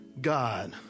God